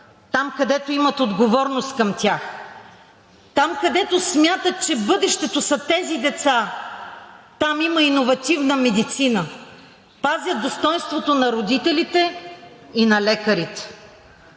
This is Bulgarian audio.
там където имат отговорност към тях, там където смятат, че бъдещето са тези деца – там има иновативна медицина, пазят достойнството на родителите и на лекарите.